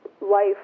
life